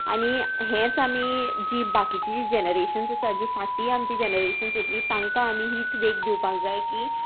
आनी हेंच आमी जी बाकीची जी जॅनरेशन्स आसा जी फाटी आमची जनरेशन्स येतली तांकां आमी हीच देख दिवपाक जाय की